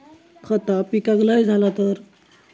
खता पिकाक लय झाला तर?